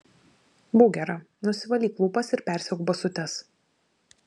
būk gera nusivalyk lūpas ir persiauk basutes